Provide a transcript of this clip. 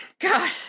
God